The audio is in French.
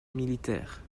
militaire